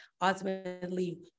ultimately